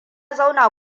zauna